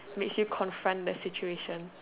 makes you confront the situation